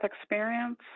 experience